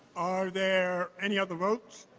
are there any other votes?